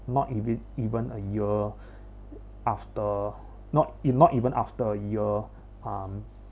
not eve~ even a year after not in not even after a year um